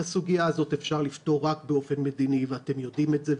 את הסוגיה הזאת אפשר לפתור רק באופן מדיני ואתם יודעים את זה,